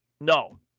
No